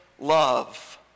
love